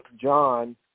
John